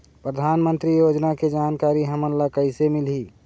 परधानमंतरी योजना के जानकारी हमन ल कइसे मिलही?